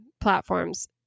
platforms